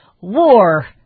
war